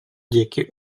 диэки